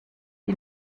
die